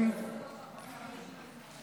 ותודה רבה לך, קרויזר, וחבריי, תודה רבה לכם.